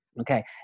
Okay